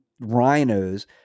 rhinos